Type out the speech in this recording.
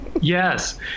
Yes